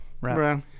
right